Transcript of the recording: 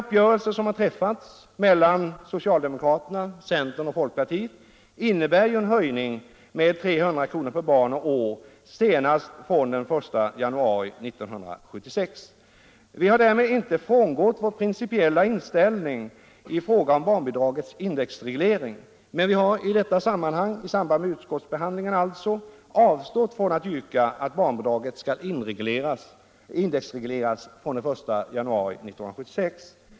senast från den I januari 1976. Vi har därmed inte frångått vår principiella inställning i fråga om en indexreglering av barnbidraget, men vi har i detta sammanhang — dvs. vid utskottsbehandlingen — avstått från att yrka att barnbidraget skall indexregleras från den 1 januari 1976.